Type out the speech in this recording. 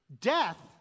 death